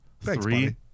Three